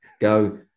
go